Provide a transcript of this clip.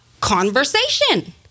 conversation